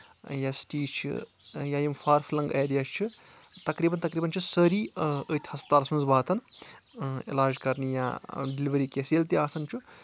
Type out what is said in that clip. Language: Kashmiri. یا سٹی چھِ یا یِم فارفلنٛگ ایریا چھِ تقریٖبن تقریٖبن چھِ سٲری أتھۍ ہسپتالس منٛز واتن علاج کَرنہِ یا ڈِلؤری کیس ییٚلہِ تہِ آسان چھُ